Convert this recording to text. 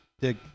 Dig